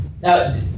Now